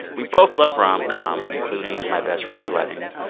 we both love rom-coms, including my best friend's wedding.